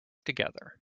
together